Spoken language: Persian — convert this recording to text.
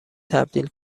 تبدیل